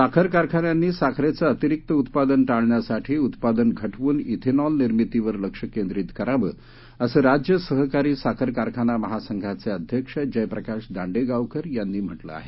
साखर कारखान्यांनी साखरेचं अतिरिक्त उत्पादन टाळण्यासाठी उत्पादन घटवून इथेनॉल निर्मितीवर लक्ष केंद्रीत करावं असं राज्य सहकारी साखर कारखाना महासंघाचे अध्यक्ष जयप्रकाश दांडेगावकर यांनी म्हटलं आहे